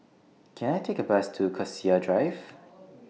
Can I Take A Bus to Cassia Drive